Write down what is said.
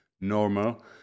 normal